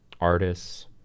artists